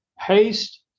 haste